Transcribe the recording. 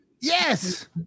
Yes